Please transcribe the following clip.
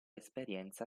esperienza